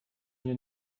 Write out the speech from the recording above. hier